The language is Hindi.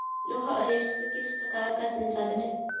लौह अयस्क किस प्रकार का संसाधन है?